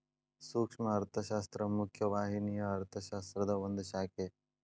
ಸೂಕ್ಷ್ಮ ಅರ್ಥಶಾಸ್ತ್ರ ಮುಖ್ಯ ವಾಹಿನಿಯ ಅರ್ಥಶಾಸ್ತ್ರದ ಒಂದ್ ಶಾಖೆ